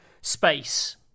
Space